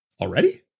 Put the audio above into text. already